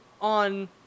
on